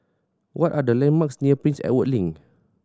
what are the landmarks near Prince Edward Link